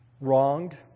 wronged